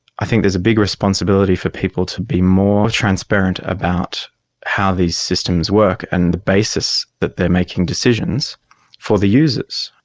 i think there's a big responsibility for people to be more transparent about how these systems work and the basis that they are making decisions for the users.